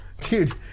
Dude